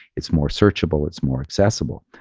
it's more searchable, it's more accessible.